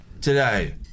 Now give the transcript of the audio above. today